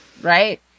right